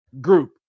group